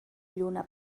lluna